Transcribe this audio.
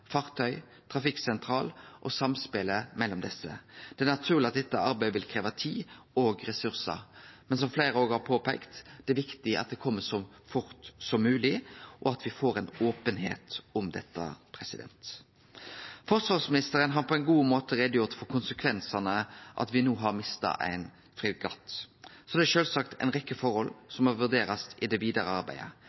fartøy, trafikksentral og samspelet mellom desse. Det er naturleg at dette arbeidet vil krevje tid og ressursar, men som fleire òg har peikt på, er det viktig at det kjem så fort som mogleg, og at me får openheit om dette. Forsvarsministeren har på ein god måte gjort greie for konsekvensane av at me no har mista ein fregatt. Så er det sjølvsagt ei rekkje forhold som må vurderast i det vidare arbeidet,